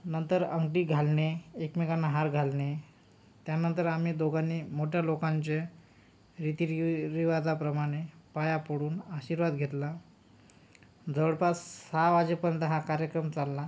नंतर अंगठी घालणे एकमेकांना हार घालणे त्यानंतर आम्ही दोघांनी मोठ्या लोकांचे रीतिरिविवरिवाजाप्रमाणे पाया पडून आशिर्वाद घेतला जवळपास सहा वाजेपर्यंत हा कार्यक्रम चालला